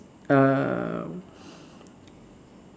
um